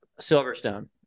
Silverstone